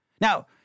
Now